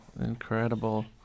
incredible